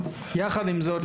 יחד עם זאת,